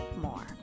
more